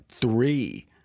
three